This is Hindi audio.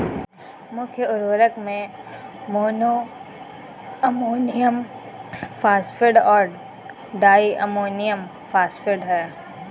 मुख्य उर्वरक में मोनो अमोनियम फॉस्फेट और डाई अमोनियम फॉस्फेट हैं